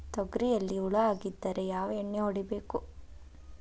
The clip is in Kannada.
ತೊಗರಿಯಲ್ಲಿ ಹುಳ ಆಗಿದ್ದರೆ ಯಾವ ಎಣ್ಣೆ ಹೊಡಿಬೇಕು?